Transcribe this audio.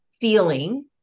feeling